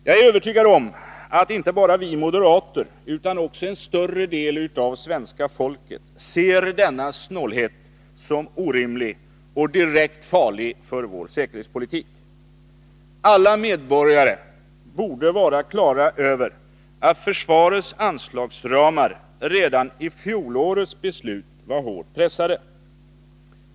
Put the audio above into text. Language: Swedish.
Jag är övertygad om att inte bara vi moderater utan också en större del av svenska folket ser denna snålhet som orimlig och direkt farlig för vår säkerhetspolitik. Alla medborgare borde vara klara över att försvarets anslagsramar redan i fjolårets beslut var hårt pressade.